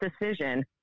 decision